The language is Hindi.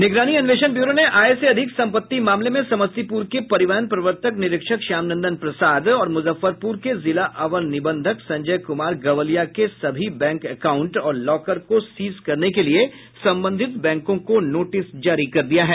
निगरानी अन्वेषण ब्यूरो ने आय से अधिक संपत्ति मामले में समस्तीपुर के परिवहन प्रवर्तन निरीक्षक श्याम नंदन प्रसाद और मुजफ्फरपुर के जिला अवर निबंधक संजय कुमार गवालिया के सभी बैंक एकाउंट और लॉकर को सीज करने के लिए संबंधित बैंकों को नोटिस जारी कर दिया है